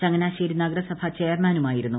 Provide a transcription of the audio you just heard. ചങ്ങനാശേരി നഗരസഭാ ചെയർമാനുമായിരുന്നു